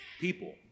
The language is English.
people